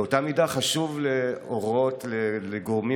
באותה מידה חשוב להורות לגורמים